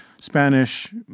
Spanish